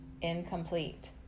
incomplete